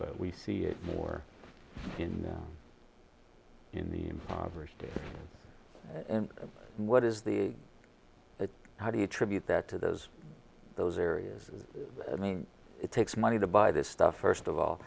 but we see it more in in the first what is the how do you tribute that to those those areas i mean it takes money to buy this stuff first of all